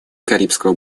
карибского